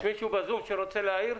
יש מישהו בזום שרוצה להעיר?